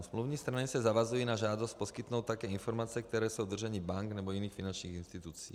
Smluvní strany se zavazují na žádost poskytnout také informace, které jsou v držení bank nebo jiných finančních institucí.